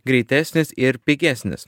greitesnis ir pigesnis